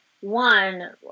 one